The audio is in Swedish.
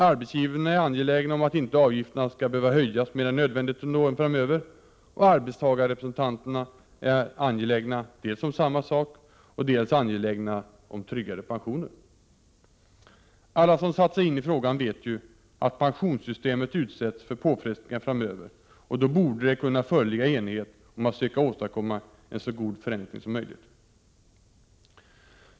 Arbetsgivarna är angelägna om att inte avgifterna skall behöva höjas mer än nödvändigt under åren framöver, och arbetstagarrepresentanterna är givetvis angelägna om tryggade pensioner. Alla som satt sig i in i frågan vet ju att pensionssystemet utsätts för påfrestningar framöver. Då borde det kunna föreligga enighet om att söka åstadkomma en så god förräntning som möjligt.